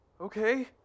Okay